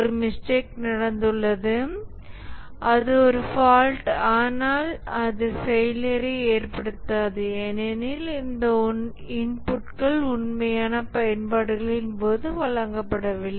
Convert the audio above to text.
ஒரு மிஸ்டேக் நடந்துள்ளது அது ஒரு ஃபால்ட் ஆனால் அது ஃபெயிலியர்ரை ஏற்படுத்தாது ஏனெனில் அந்த இன்புட்கள் உண்மையான பயன்பாடுகளின் போது வழங்கப்படவில்லை